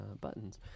buttons